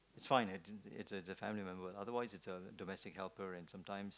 it's fine it it it a family member otherwise is a domestic helper and sometimes